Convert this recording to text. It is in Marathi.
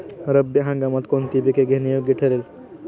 रब्बी हंगामात कोणती पिके घेणे योग्य ठरेल?